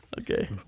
Okay